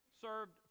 served